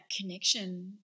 connection